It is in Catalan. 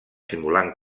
simulant